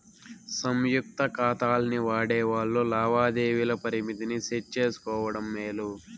సంయుక్త కాతాల్ని వాడేవాల్లు లావాదేవీల పరిమితిని సెట్ చేసుకోవడం మేలు